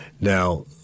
Now